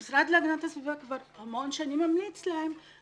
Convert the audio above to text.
המשרד להגנת הסביבה כבר המון שנים ממליץ להן,